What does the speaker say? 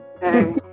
hey